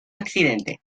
accidente